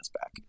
back